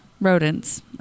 rodents